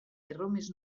erromes